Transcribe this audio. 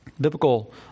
Biblical